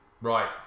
Right